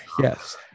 Yes